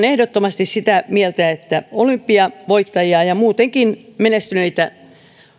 ehdottomasti sitä mieltä että olympiavoittajia ja muutenkin menestyneitä